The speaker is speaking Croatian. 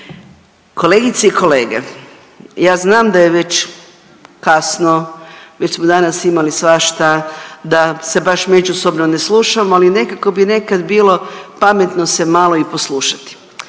Kolegice i kolege, ja znam da je već kasno, već smo danas imali svašta, da se baš međusobno ne slušamo, ali nekako bi nekad bilo pametno se malo i poslušati.